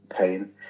pain